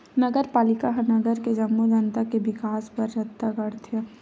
नगरपालिका ह नगर के जम्मो जनता के बिकास बर रद्दा गढ़थे